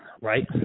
right